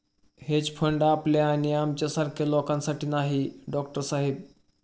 hedge fund आपल्या आणि आमच्यासारख्या लोकांसाठी नाही, डॉक्टर साहेब